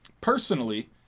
personally